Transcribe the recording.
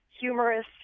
humorous